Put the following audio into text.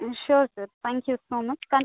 ம் sure sir thank you so much gun